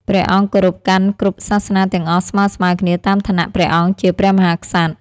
ព្រះអង្គគោរពកាន់គ្រប់សាសនាទាំងអស់ស្មើៗគ្នាតាមឋានៈព្រះអង្គជាព្រះមហាក្សត្រ ។